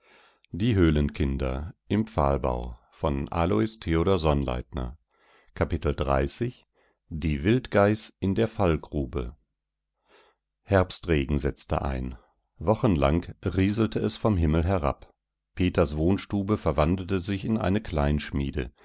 die wildgeiß in der fallgrube herbstregen setzte ein wochenlang rieselte es vom himmel herab peters wohnstube verwandelte sich in eine